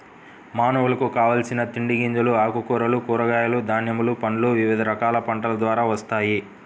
మానవులకు కావలసిన తిండి గింజలు, ఆకుకూరలు, కూరగాయలు, ధాన్యములు, పండ్లు వివిధ రకాల పంటల ద్వారా వస్తాయి